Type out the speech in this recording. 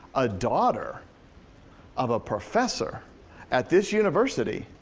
a daughter of a professor at this university,